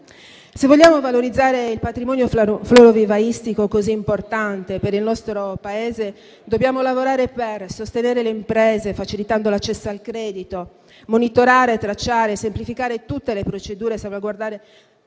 Se vogliamo valorizzare il patrimonio florovivaistico, così importante per il nostro Paese, dobbiamo lavorare per sostenere le imprese facilitando l'accesso al credito, monitorare, tracciare, semplificare tutte le procedure, salvaguardare